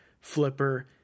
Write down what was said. Flipper